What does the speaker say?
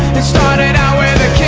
it started out with a